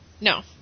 No